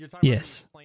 yes